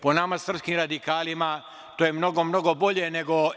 Po nama srpskim radikalima to je mnogo, mnogo bolje nego EU.